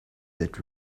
that